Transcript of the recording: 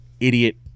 idiot